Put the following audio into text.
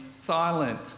silent